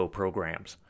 programs